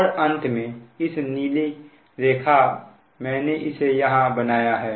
और अंत में इस नीली रेखा मैंने इसे यहां बनाया है